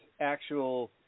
actual